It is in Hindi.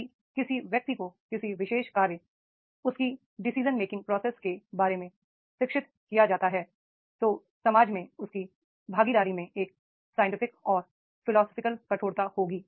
यदि किसी व्यक्ति को किसी विशेष कार्य उसकी डिसीजन मे किंग प्रोसेस के बारे में शिक्षित किया जाता है तो समाज में उसकी भागीदारी में एक साइंटिफिक और फिलोसोफर कठोरता होगी